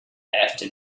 after